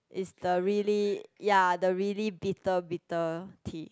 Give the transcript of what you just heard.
is the really ya the really bitter bitter tea